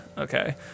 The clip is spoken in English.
okay